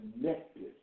connected